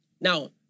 Now